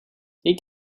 they